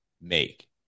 make